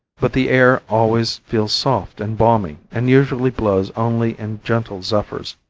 but the air always feels soft and balmy, and usually blows only in gentle zephyrs.